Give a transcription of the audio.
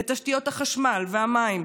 את תשתיות החשמל והמים,